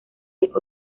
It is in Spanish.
light